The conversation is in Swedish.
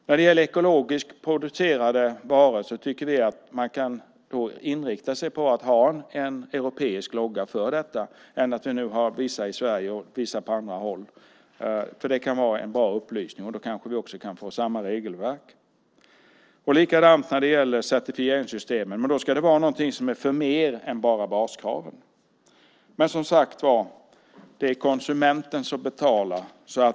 När det gäller ekologiskt producerade varor kan man inrikta sig på att ha en europeisk logga för detta i stället för att ha vissa i Sverige och andra på annat håll. Det kan vara en bra upplysning och då kanske vi också kan få samma regelverk. Detsamma gäller certifieringssystemen där det ska vara något mer än bara baskraven. Men det är som sagt var konsumenten som betalar.